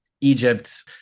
Egypt